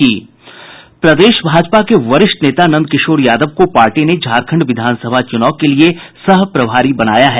प्रदेश भाजपा के वरिष्ठ नेता नंदकिशोर यादव को पार्टी ने झारखंड विधानसभा चुनाव के लिए सह प्रभारी बनाया है